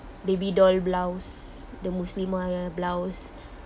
baby doll blouse the muslim one ya blouse